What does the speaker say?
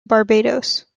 barbados